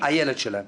הילד שלהם.